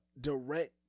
direct